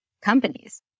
Companies